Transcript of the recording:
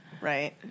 Right